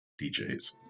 DJs